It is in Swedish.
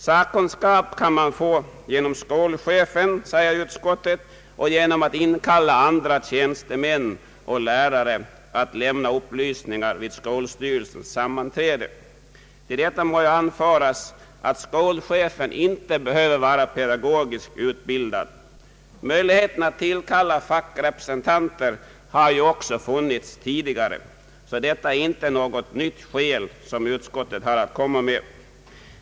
Sakkunskap kan man få genom skolchefen, säger utskottet, och genom att inkalla andra tjänstemän och lärare att lämna upplysningar vid skolstyrelsens sammanträden. Till detta må anföras att skolchefen inte behöver vara pedagogiskt utbildad. Möjligheten att tillkalla fackrepresentanter har väl också funnits tidigare, så det är inte något nytt skäl som utskottet har att komma med.